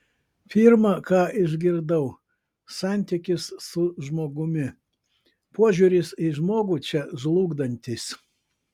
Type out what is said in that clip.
pirma ką išgirdau santykis su žmogumi požiūris į žmogų čia žlugdantis